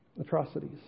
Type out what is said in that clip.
Atrocities